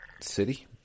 city